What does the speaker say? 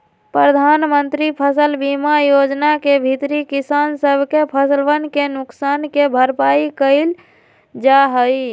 प्रधानमंत्री फसल बीमा योजना के भीतरी किसान सब के फसलवन के नुकसान के भरपाई कइल जाहई